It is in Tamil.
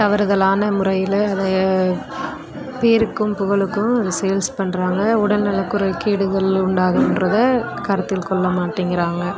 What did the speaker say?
தவறுதலான முறையில் அதை பேருக்கும் புகழுக்கும் அதை சேல்ஸ் பண்ணுறாங்க உடல்நல குறைவு கெடுதல் உண்டாகுன்றதை கருத்தில் கொள்ள மாட்டேங்கிறாங்க